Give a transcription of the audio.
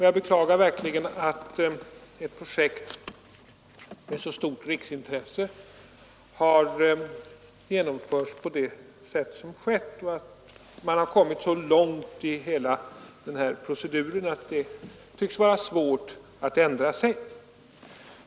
Jag beklagar verkligen att ett projekt av så stort riksintresse har genomförts på sätt som skett och att man har kommit så långt i hela proceduren att det nu tycks vara svårt att ändra sig.